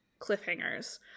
cliffhangers